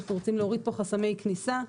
אנחנו רוצים להוריד פה חסמי כניסה,